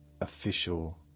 official